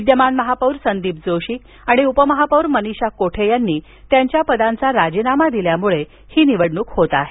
विद्यमान महापौर संदीप जोशी आणि उपमहापौर मनीषा कोठे यांनी त्यांच्या पदांचा राजीनामा दिल्यामुळे ही निवडणूक होत आहे